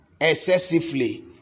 excessively